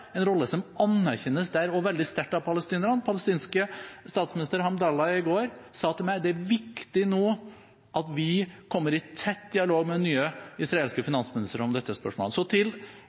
en rolle der som anerkjennes også veldig sterkt av palestinerne. Den palestinske statsministeren, Hamdallah, sa i går til meg at det er viktig nå at vi kommer i tett dialog med den nye israelske finansministeren om dette spørsmålet. Så til